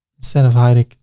instead of hide it,